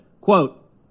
quote